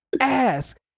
ask